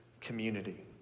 community